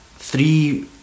Three